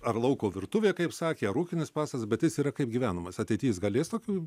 ar lauko virtuvė kaip sakė ar ūkinis pastatas bet jis yra kaip gyvenamas ateity jis galės tokį